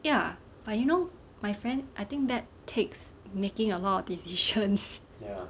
ya but you know my friend I think that takes making a lot of decisions